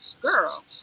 girl